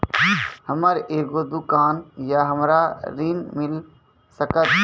हमर एगो दुकान या हमरा ऋण मिल सकत?